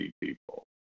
people